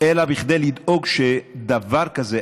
אלא כדי לדאוג שדבר כזה,